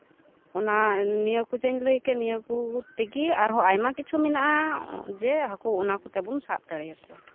ᱚᱱᱟ ᱱᱤᱭᱟᱹ ᱠᱚ ᱡᱮᱭ ᱞᱟᱹᱭ ᱠᱮᱜ ᱱᱤᱭᱟᱹ ᱠᱩ ᱛᱮᱜᱮ ᱟᱨᱦᱚᱸ ᱟᱭᱢᱟ ᱠᱤᱪᱷᱩ ᱢᱮᱱᱟᱜᱼᱟ ᱡᱮ ᱦᱟᱹᱠᱩ ᱚᱱᱟ ᱠᱚᱛᱮ ᱵᱚᱱ ᱥᱟᱵ ᱫᱟᱲᱮᱭᱟᱠᱚᱣᱟ